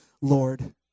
Lord